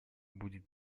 будет